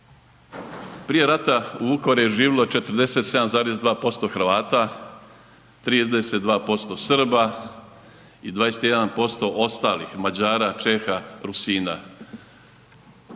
prije rata u Vukovaru je živjelo 47,2% Hrvata, 32% Srba i 21% ostalih Mađara, Čeha, Rusina.